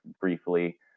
briefly